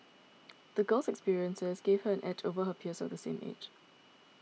the girl's experiences gave her an edge over her peers of the same age